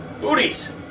Booties